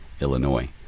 Illinois